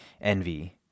envy